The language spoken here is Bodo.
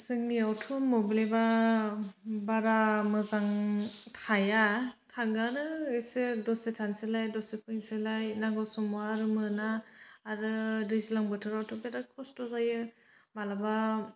जोंनियावथ' मोब्लिबा बारा मोजां थाया थाङोआनो एसे दसे थासैलाय दसे फैसैलाय नांगौ समाव आरो मोना आरो दैज्लां बोथोरावथ' बिराथ खस्थ' जायो मालाबा